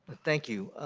thank you.